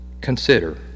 consider